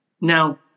Now